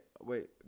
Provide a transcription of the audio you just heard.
Wait